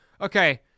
Okay